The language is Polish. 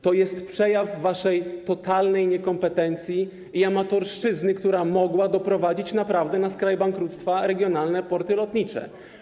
To jest przejaw waszej totalnej niekompetencji i amatorszczyzny, która naprawdę mogła doprowadzić na skraj bankructwa regionalne porty lotnicze.